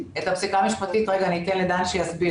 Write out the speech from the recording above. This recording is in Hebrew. את הפסיקה המשפטית אני אתן לדן שיסביר